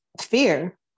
fear